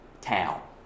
town